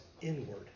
inward